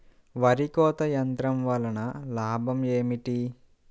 వరి కోత యంత్రం వలన లాభం ఏమిటి?